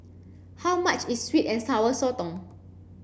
how much is sweet and sour Sotong